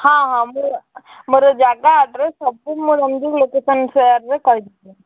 ହଁ ହଁ ମୋର ମୋର ଜାଗା ଆଡ଼୍ରେସ୍ ସବୁ ମୋ ଲୋକେସନ୍ ସେୟାର୍ ରେ କହିଦେବି